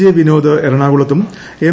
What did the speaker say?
J Vinod എറണാകുളത്തുംഎം